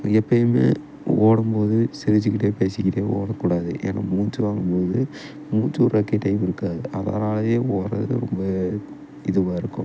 அது எப்போயுமே ஓடும் போது சிரிச்சிக்கிட்டே பேசிக்கிட்டே ஓட கூடாது ஏன்னா மூச்சு வாங்கும் போது மூச்சு விடுறக்கே டைம் இருக்காது அதனாலயே ஓடுறது ரொம்ப இதுவாக இருக்கும்